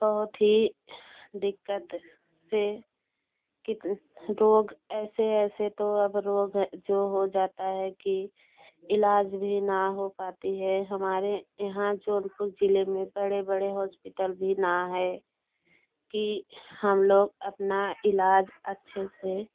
बहुत ही दिक्कत से कितने रोग ऐसे ऐसे तो अब रोग जो हो जाता है कि इलाज भी ना हो पाती है हमारे यहाँ जौनपुर जिले में बड़े बड़े हॉस्पिटल भी ना है कि हम लोग अपना इलाज अच्छे से